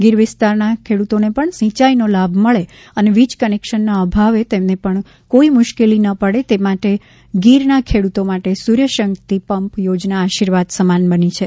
ગીર વિસ્તારના ખેડ્રતોને પણ સિંચાઈનો લાભ મળે અને વીજ કનેક્શનના અભાવે તેમને પણ કોઈ મુશ્કેલી ન પડે તે માટે ગીરના ખેડૂતો માટે સૂર્ય શક્તિ પંપ યોજના આશિર્વાદ સમાન બની છે